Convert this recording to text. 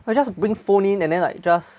I just bring phone in and then like just